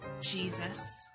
Jesus